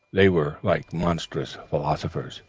they were like monstrous philosophers,